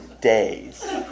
days